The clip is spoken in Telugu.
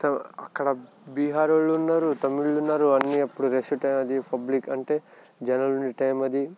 అక్కడ బీహారోళ్ళు ఉన్నారు తమిళోళ్ళున్నారు అన్నీ అప్పుడు రష్ టైం అది పబ్లిక్ అంటే జనాలుండే టైం అది